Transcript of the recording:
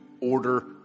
order